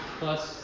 plus